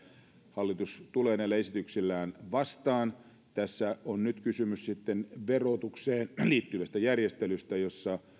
hallitus tulee näillä esityksillään vastaan tässä on nyt kysymys sitten verotukseen liittyvästä järjestelystä jossa